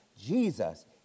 Jesus